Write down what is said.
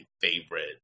favorite